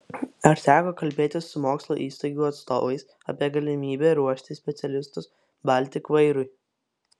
ar teko kalbėtis su mokslo įstaigų atstovais apie galimybę ruošti specialistus baltik vairui